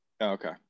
Okay